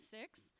six